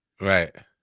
Right